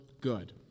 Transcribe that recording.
good